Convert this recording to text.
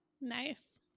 Nice